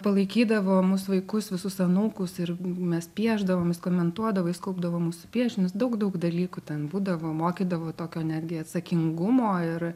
palaikydavo mus vaikus visus anūkus ir mes piešdavom jis komentuodavo jis kaupdavo mūsų piešinius daug daug dalykų ten būdavo mokydavo tokio netgi atsakingumo ir